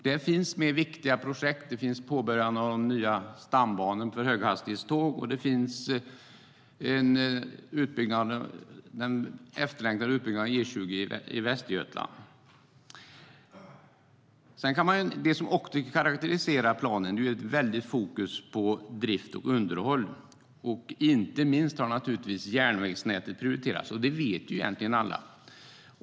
Där finns viktiga projekt med, till exempel att påbörja den nya stambanan för höghastighetståg och en efterlängtad utbyggnad av E20 i Västergötland.Det som också karakteriserar planen är ett fokus på drift och underhåll; inte minst har järnvägsnätet prioriterats. Det vet alla.